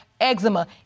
eczema